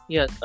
Yes